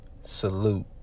salute